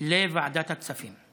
לוועדת הכספים.